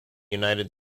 united